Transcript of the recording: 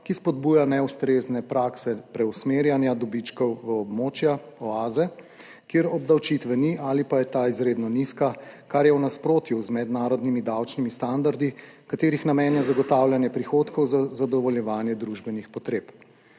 ki spodbuja neustrezne prakse preusmerjanja dobičkov v območja, oaze, kjer obdavčitve ni ali pa je ta izredno nizka, kar je v nasprotju z mednarodnimi davčnimi standardi, katerih namen je zagotavljanje prihodkov za zadovoljevanje družbenih potreb.